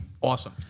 awesome